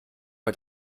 bei